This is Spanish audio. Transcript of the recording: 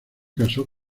casó